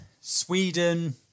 Sweden